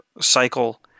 cycle